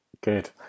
Good